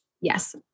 yes